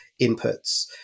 inputs